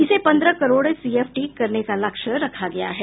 इसे पन्द्रह करोड़ सीएफटी करने का लक्ष्य रखा गया है